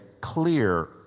clear